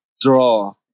draw